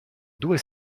due